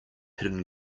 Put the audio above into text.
hidden